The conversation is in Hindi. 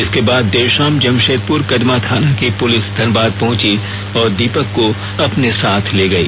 इसके बाद देर शाम जमशेदपुर कदमा थाना की पुलिस धनबाद पहुंची और दीपक को अपने साथ ले गई